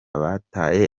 bataye